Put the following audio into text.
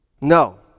No